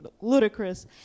ludicrous